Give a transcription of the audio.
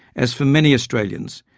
as for many australians.